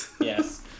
Yes